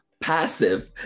passive